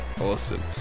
Awesome